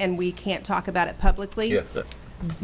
and we can't talk about it publicly